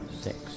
six